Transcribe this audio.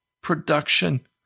production